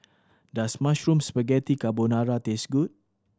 does Mushroom Spaghetti Carbonara taste good